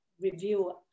review